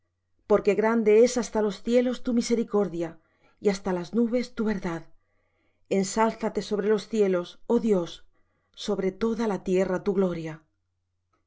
porque grande es hasta los cielos tu misericordia y hasta las nubes tu verdad ensálzate sobre los cielos oh dios sobre toda la tierra tu gloria